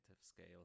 scale